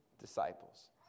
disciples